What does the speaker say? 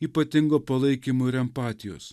ypatingo palaikymo ir empatijos